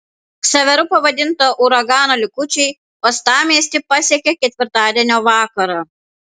ksaveru pavadinto uragano likučiai uostamiestį pasiekė ketvirtadienio vakarą